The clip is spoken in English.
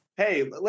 hey